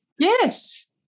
Yes